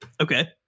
Okay